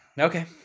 okay